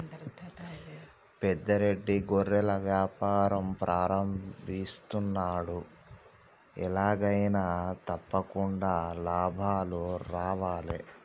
పెద్ద రెడ్డి గొర్రెల వ్యాపారం ప్రారంభిస్తున్నాడు, ఎలాగైనా తప్పకుండా లాభాలు రావాలే